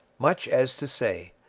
much as to say,